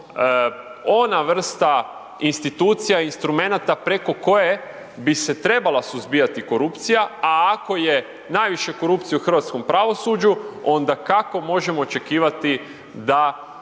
ona vrsta institucija, instrumenata preko koje bi se trebala suzbijati korupcija, a ako je najviše korupcije u hrvatskom pravosuđu, onda kako možemo očekivati da